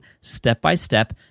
step-by-step